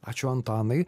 ačiū antanai